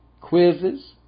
quizzes